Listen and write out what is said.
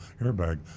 airbag